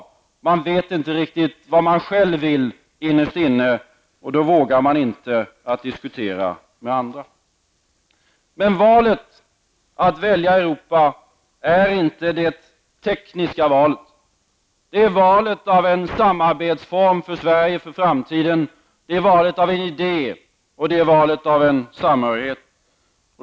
Socialdemokraterna vet inte riktigt vad de själva vill innerst inne, och därför vågar de inte diskutera med andra. Valet -- att välja Europa -- är inte enbart ett tekniskt val. Det är valet av en samarbetsform för Sverige och framtiden. Det är valet av en idé och av samhörighet.